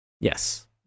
Yes